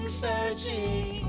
searching